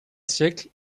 siècle